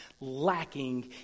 lacking